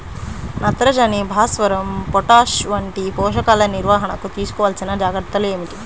నత్రజని, భాస్వరం, పొటాష్ వంటి పోషకాల నిర్వహణకు తీసుకోవలసిన జాగ్రత్తలు ఏమిటీ?